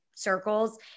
circles